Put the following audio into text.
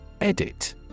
Edit